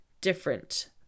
different